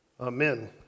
Amen